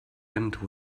end